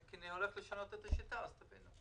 אני הולך לשנות את השיטה ואז תבינו.